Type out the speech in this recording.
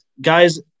guys